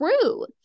true